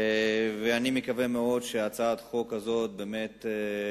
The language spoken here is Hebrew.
אני מקווה מאוד שהצעת החוק הזאת תשמור